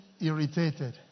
irritated